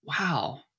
Wow